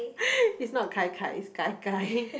it's not gai gai it's gai gai